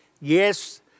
yes